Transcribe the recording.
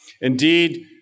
Indeed